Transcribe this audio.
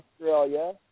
Australia